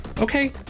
Okay